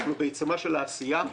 אנחנו בעיצומה של העשייה.